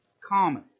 common